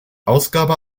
ausgabe